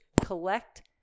collect